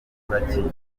amaburakindi